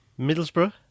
Middlesbrough